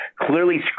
clearly